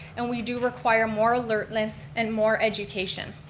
and we do require more alertness, and more education.